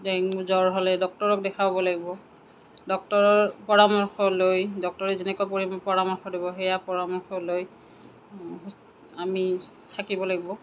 dengue জ্বৰ হ'লে ডক্টৰক দেখাব লাগিব ডক্টৰৰ পৰামৰ্শ লৈ ডক্টৰে যেনেকৈ পৰামৰ্শ দিব সেয়া পৰামৰ্শ লৈ আমি থাকিব লাগিব